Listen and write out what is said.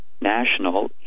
National